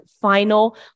final